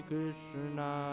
Krishna